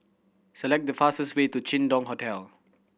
select the fastest way to Jin Dong Hotel